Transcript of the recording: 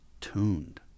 tuned